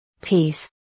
Peace